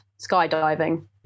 skydiving